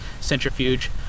centrifuge